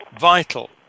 vital